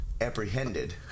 apprehended